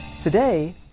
Today